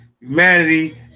humanity